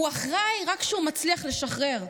הוא אחראי רק כשהוא מצליח לשחרר.